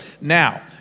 now